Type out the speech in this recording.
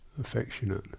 affectionate